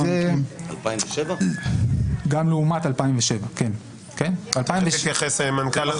תיכף יתייחס המנכ"ל.